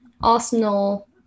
arsenal